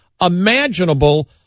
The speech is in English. imaginable